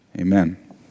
Amen